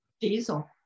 Diesel